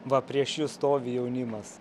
va prieš jus stovi jaunimas